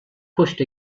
pushed